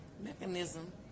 mechanism